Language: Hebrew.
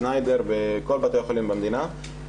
שניידר וכל בתי החולים במדינה.